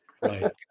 Right